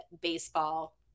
Baseball